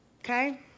okay